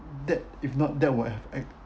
that if not that would act~